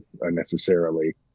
unnecessarily